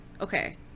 okay